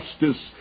justice